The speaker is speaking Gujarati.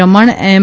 રમણ એમ